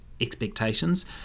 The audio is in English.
expectations